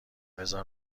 بزار